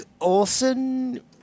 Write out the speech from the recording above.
Olson